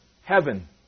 Heaven